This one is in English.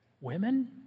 Women